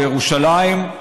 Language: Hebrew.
בירושלים.